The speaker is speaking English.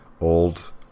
old